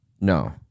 no